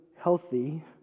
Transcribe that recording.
healthy